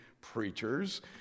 preachers